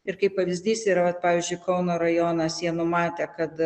ir kaip pavyzdys yra vat pavyzdžiui kauno rajonas jie numatę kad